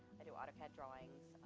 i do autocad drawings,